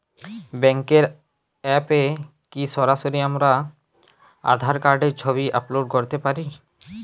ব্যাংকের অ্যাপ এ কি সরাসরি আমার আঁধার কার্ডের ছবি আপলোড করতে পারি?